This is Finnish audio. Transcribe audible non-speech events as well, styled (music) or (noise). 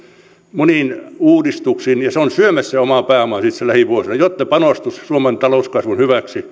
moniin uudistuksiin ja se on syömässä omaa pääomaansa tässä lähivuosina jotta panostus suomen talouskasvun hyväksi (unintelligible)